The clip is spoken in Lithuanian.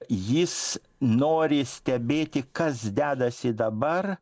jis nori stebėti kas dedasi dabar